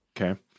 Okay